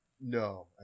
No